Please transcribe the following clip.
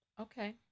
Okay